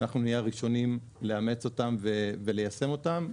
אנחנו נהיה הראשונים לאמץ אותם וליישם אותם,